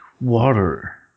water